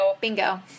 bingo